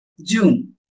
June